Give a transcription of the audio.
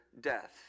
death